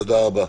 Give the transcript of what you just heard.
תודה רבה.